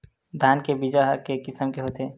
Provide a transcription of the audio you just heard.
धान के बीजा ह के किसम के होथे?